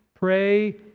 Pray